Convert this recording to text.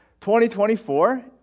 2024